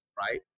right